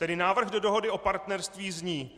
Tedy návrh do dohody o partnerství zní: